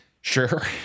Sure